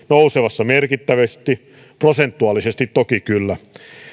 nousemassa määrällisesti merkittävästi prosentuaalisesti toki kyllä